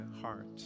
heart